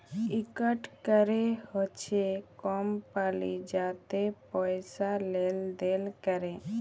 ইকট ক্যরে হছে কমপালি যাতে পয়সা লেলদেল ক্যরে